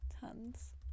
tons